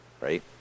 right